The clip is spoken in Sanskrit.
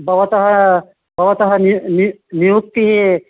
भवतः भवतः नि नियुक्तिः